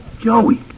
Joey